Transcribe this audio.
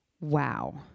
Wow